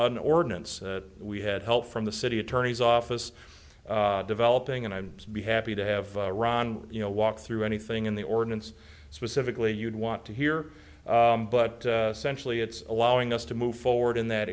an ordinance that we had help from the city attorney's office developing and i'm be happy to have ron you know walk through anything in the ordinance specifically you'd want to hear but centrally it's allowing us to move forward in that